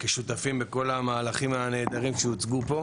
גם ברמה התקציבית וגם ברמה המהותית של הביצוע.